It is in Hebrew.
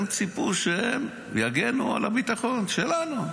הם ציפו שהם יגנו על הביטחון שלנו.